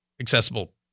accessible